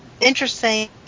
interesting